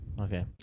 Okay